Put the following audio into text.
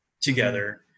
together